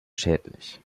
schädlich